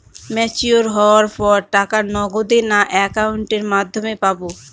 Mature হওয়ার পর টাকা নগদে না অ্যাকাউন্টের মাধ্যমে পাবো?